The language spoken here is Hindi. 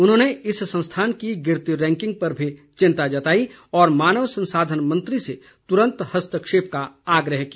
उन्होंने इस संस्थान की गिरती रैंकिंग पर भी चिंता जताई और मानव संसाधन मंत्री से तुरंत हस्तक्षेप का आग्रह किया